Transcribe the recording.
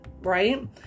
right